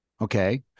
okay